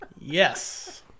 yes